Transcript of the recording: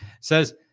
says